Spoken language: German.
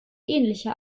ähnliche